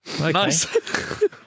Nice